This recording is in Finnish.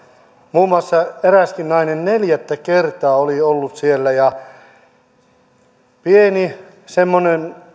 muun muassa eräskin nainen neljättä kertaa oli ollut siellä ja pieni semmoinen